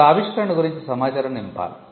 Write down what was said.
ఇప్పుడు ఆవిష్కరణ గురించి సమాచారం నింపాలి